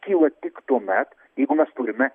kyla tik tuomet jeigu mes turime